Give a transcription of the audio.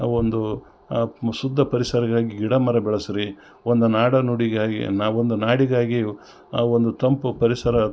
ಅವು ಒಂದು ಶುದ್ದ ಪರಿಸರಗಾಗಿ ಗಿಡ ಮರ ಬೆಳೆಸ್ರಿ ಒಂದು ನಾಡು ನುಡಿಗಾಗಿ ನಾವು ಒಂದು ನಾಡಿಗಾಗಿ ಆ ಒಂದು ತಂಪು ಪರಿಸರ